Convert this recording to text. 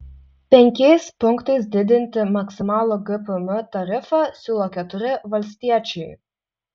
penkiais punktais didinti maksimalų gpm tarifą siūlo keturi valstiečiai